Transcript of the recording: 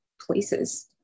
places